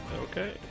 Okay